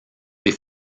des